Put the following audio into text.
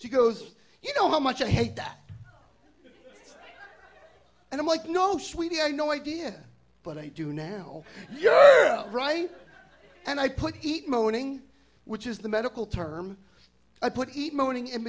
she goes you know how much i hate that and i'm like no sweetie i no idea but i do now you're right and i put eat moaning which is the medical term i put